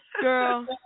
girl